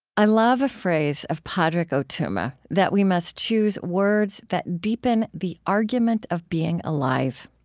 i love a phrase of padraig o tuama that we must choose words that deepen the argument of being alive.